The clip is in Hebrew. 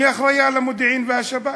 מי אחראי למודיעין ולשב"כ?